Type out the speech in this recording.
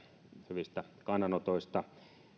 hyvistä kannanotoista